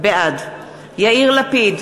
בעד יאיר לפיד,